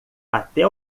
até